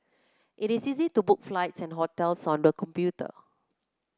it is easy to book flights and hotels on the computer